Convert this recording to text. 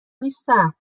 نیستم